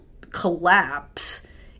collapse